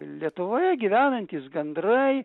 lietuvoje gyvenantys gandrai